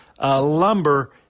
Lumber